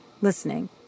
listening